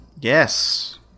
Yes